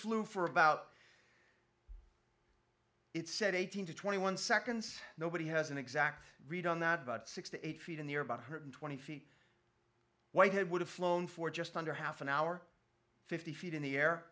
flew for about it said eighteen to twenty one seconds nobody has an exact read on that about six to eight feet in the air about one hundred twenty feet whitehead would have flown for just under half an hour fifty feet in the air